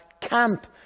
camp